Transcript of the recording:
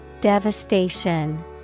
Devastation